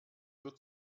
wird